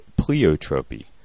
pleiotropy